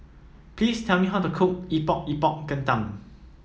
please tell me how to cook Epok Epok Kentang